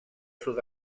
sud